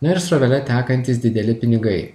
na ir srovele tekantys dideli pinigai